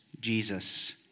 Jesus